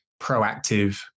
proactive